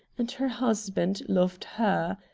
and her husband loved her.